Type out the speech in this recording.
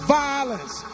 violence